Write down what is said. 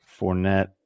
Fournette